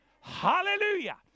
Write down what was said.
Hallelujah